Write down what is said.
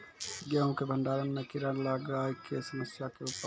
गेहूँ के भंडारण मे कीड़ा लागय के समस्या के उपाय?